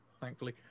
thankfully